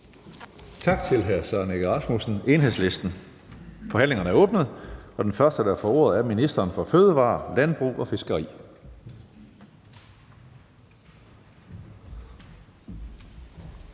Tak til hr. Søren Egge Rasmussen, Enhedslisten. Forhandlingen er åbnet, og den første, der får ordet, er ministeren for fødevarer, landbrug og fiskeri.